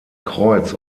kreuz